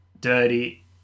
dirty